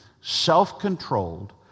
self-controlled